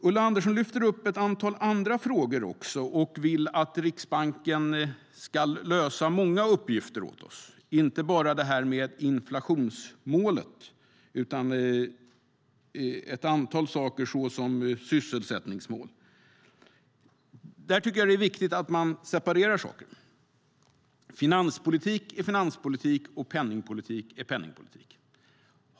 Ulla Andersson lyfter fram ett antal andra frågor också och vill att Riksbanken ska lösa många uppgifter åt oss, inte bara det här med inflationsmålet utan ett antal saker, såsom sysselsättningsmål. Där tycker jag att det är viktigt att man separerar saker. Finanspolitik är finanspolitik, penningpolitik är penningpolitik.